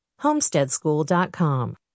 Homesteadschool.com